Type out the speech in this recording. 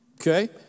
Okay